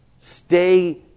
Stay